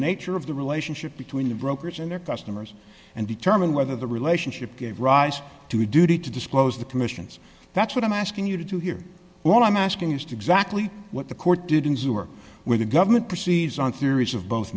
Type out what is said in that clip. nature of the relationship between the brokers and their customers and determine whether the relationship gave rise to a duty to disclose the commissions that's what i'm asking you to hear what i'm asking is to exactly what the court didn't work with the government proceeds on theories of both